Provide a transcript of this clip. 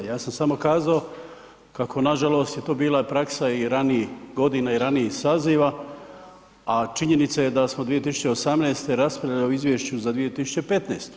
Ja sam samo kazao kako na žalost to je bila praksa i ranijih godina i ranijih saziva, a činjenica je da smo 2018. raspravljali o Izvješću za 2015.